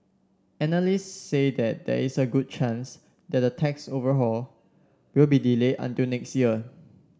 analysts say that there is a good chance that the tax overhaul will be delayed until next year